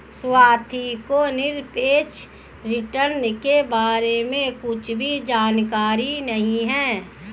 स्वाति को निरपेक्ष रिटर्न के बारे में कुछ भी जानकारी नहीं है